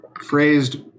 phrased